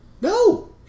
No